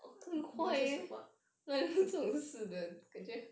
我也是 support